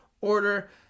order